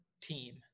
team